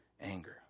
anger